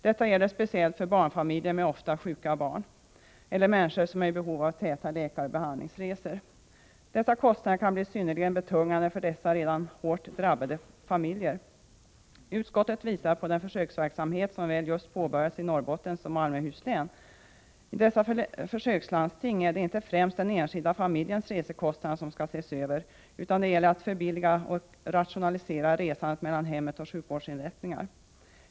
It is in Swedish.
Detta gäller speciellt för barnfamiljer med ofta sjuka barn eller människor som är i behov av täta läkaroch behandlingsresor. Dessa kostnader kan bli synnerligen betungande för dessa redan hårt drabbade familjer. Utskottet visar på den försöksverksamhet som väl just påbörjats i Norrbottens län och Malmöhus län. I dessa försökslandsting är det inte främst den enskilda familjens resekostnader som skall ses över, utan det gäller att förbilliga och rationalisera resandet mellan hemmet och sjukvårdsinrättningar.